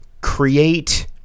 create